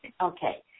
Okay